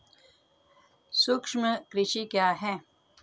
सूक्ष्म कृषि क्या है?